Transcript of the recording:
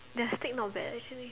the steak not bad actually